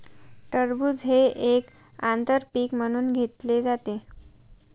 टरबूज हे एक आंतर पीक म्हणून घेतले जाते